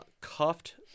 cuffed